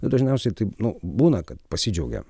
nu dažniausiai taip nu būna kad pasidžiaugiam